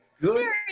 Good